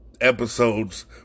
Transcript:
episodes